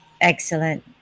Excellent